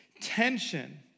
tension